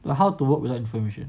well how to work without information